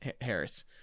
harris